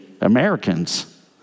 Americans